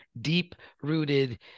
deep-rooted